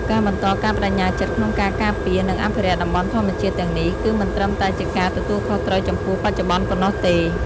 ការបន្តការប្តេជ្ញាចិត្តក្នុងការការពារ និងអភិរក្សតំបន់ធម្មជាតិទាំងនេះ គឺមិនត្រឹមតែជាការទទួលខុសត្រូវចំពោះបច្ចុប្បន្នប៉ុណ្ណោះទេ។